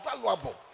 valuable